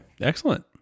Excellent